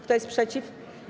Kto jest przeciw?